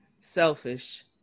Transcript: selfish